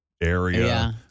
area